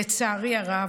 לצערי הרב,